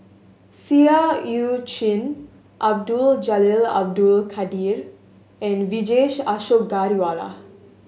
Seah Eu Chin Abdul Jalil Abdul Kadir and Vijesh Ashok Ghariwala